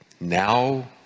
now